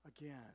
again